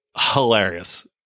Hilarious